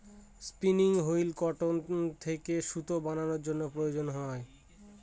spinning wheel cotton থেকে সুতা বানানোর জন্য প্রয়োজন হয়